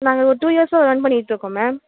நாங்கள் ஒரு டூ இயர்ஸ்ஸாக ரன் பண்ணிகிட்ருக்கோம் மேம்